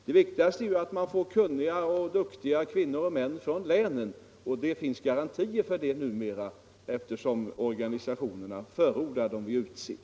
Det viktigaste är att man får kunniga och duktiga kvinnor och män från länen, och det finns garantier för detta numera, eftersom organisationerna förordar dem vi utser.